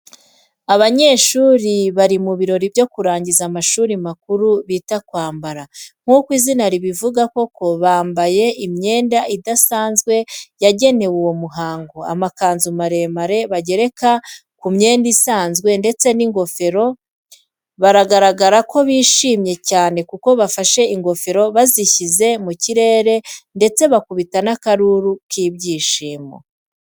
Abanyeshuri bari mu birori byo kurangiza amashuri makuru bita kwambara. Nk'uko izina ribivuga koko bambaye imyenda idasanzwe yagenewe uwo muhango: amakanzu maremare bagereka ku myenda isanzwe, ndetse n'ingofero. Baragaragara ko bishimye cyane kuko bafashe ingofero bazishyira mu kirere ndetse bakubita n'akaruru k'ibyishimo.